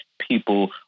people